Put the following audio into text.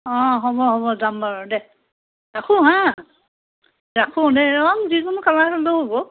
অঁ হ'ব হ'ব যাম বাৰু দে ৰাখো হাঁ ৰাখো হাঁ ৰাখো দে অঁ যিকোনো কালাৰ হ'লেও হ'ব